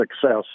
success